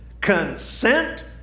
consent